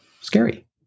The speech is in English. scary